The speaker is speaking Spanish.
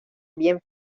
bien